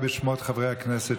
(קורא בשמות חברי הכנסת)